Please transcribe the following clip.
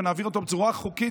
ונעביר אותו בצורה חוקית,